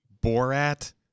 Borat